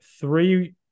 three